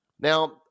Now